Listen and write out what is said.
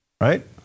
right